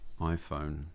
iPhone